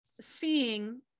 seeing